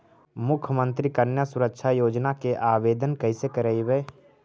मुख्यमंत्री कन्या सुरक्षा योजना के आवेदन कैसे करबइ?